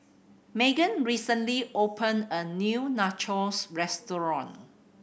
Meagan recently opened a new Nachos Restaurant